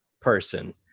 person